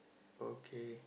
okay